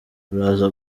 uraza